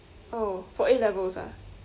oh for A-levels ah